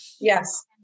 Yes